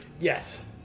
Yes